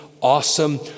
awesome